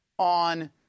On